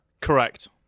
Correct